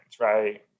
Right